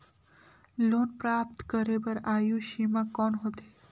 Loan प्राप्त करे बर आयु सीमा कौन होथे?